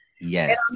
Yes